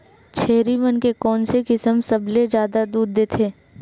छेरी मन के कोन से किसम सबले जादा दूध देथे?